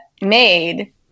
made